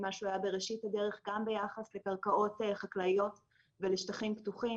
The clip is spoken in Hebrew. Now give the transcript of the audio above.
ממה שהיה בראשית הדרך גם ביחס לקרקעות חקלאיות ולשטחים פתוחים,